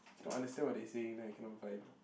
if you don't understand what they saying then I cannot vibe